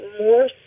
more